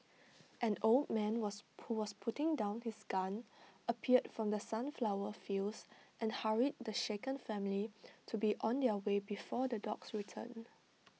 an old man was who was putting down his gun appeared from the sunflower fields and hurried the shaken family to be on their way before the dogs return